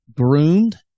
groomed